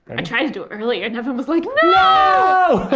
i tried to do it earlier, and evan was like and no!